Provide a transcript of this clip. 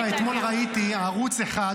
דווקא אתמול ראיתי ערוץ אחד,